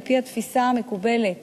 על-פי התפיסה המקובלת